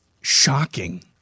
shocking